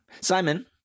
Simon